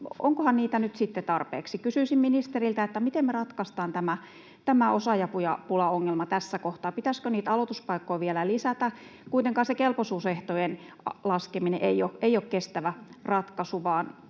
onkohan niitä nyt sitten tarpeeksi? Kysyisin ministeriltä: Miten me ratkaistaan tämä osaajapulaongelma tässä kohtaa? Pitäisikö niitä aloituspaikkoja vielä lisätä? Kuitenkaan kelpoisuusehtojen laskeminen ei ole kestävä ratkaisu,